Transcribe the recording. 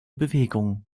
bewegung